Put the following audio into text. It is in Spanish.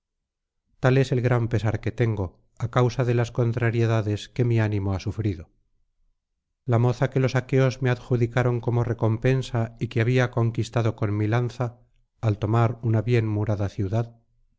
tal es el gran pesar que tengo á causa de las contrariedades que mi ánimo ha sufrido la moza que los aqueos me adjudicaron como recompensa y que había conquistado con mi lanza al tomar una bien murada ciudad